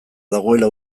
dagoela